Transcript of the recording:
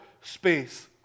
space